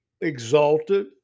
exalted